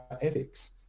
ethics